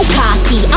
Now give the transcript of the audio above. copy